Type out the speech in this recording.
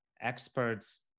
experts